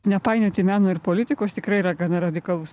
nepainioti meno ir politikos tikrai yra gana radikalus